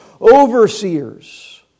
overseers